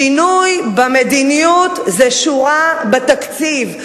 שינוי במדיניות זה שורה בתקציב.